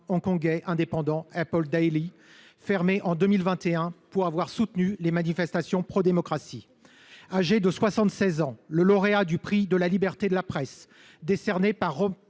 hongkongais indépendant, fermé en 2021 pour avoir soutenu les manifestations prodémocratie. Âgé de 76 ans, le lauréat du prix pour la liberté de la presse décerné par